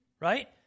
Right